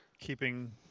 keeping